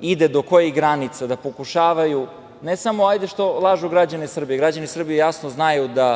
ide, do kojih granica, pa pokušavaju, ne samo što lažu građane Srbije, građani Srbije jasno znaju da